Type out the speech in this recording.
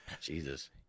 Jesus